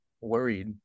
worried